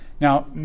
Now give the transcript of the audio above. Now